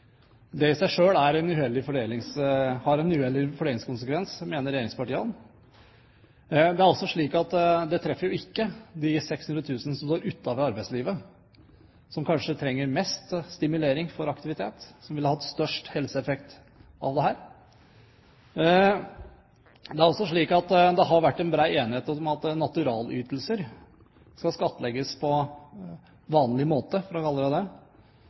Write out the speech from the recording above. Det i seg selv har en uheldig fordelingskonsekvens, mener regjeringspartiene. Det er også slik at det treffer jo ikke de 600 000 som står utenfor arbeidslivet, som kanskje trenger mest stimulering til aktivitet, og som ville hatt størst helseeffekt av dette. Det har også vært bred enighet om at naturalytelser skal skattlegges på vanlig måte,